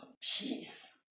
peace